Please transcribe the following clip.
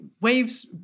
waves